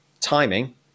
timing